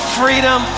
freedom